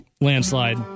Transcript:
landslide